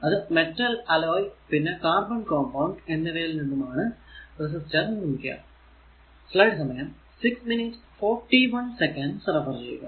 അത് metal alloy പിന്നെ carbon compound എന്നിവയിൽ നിന്നുമാണ് റെസിസ്റ്റർ നിർമിക്കുക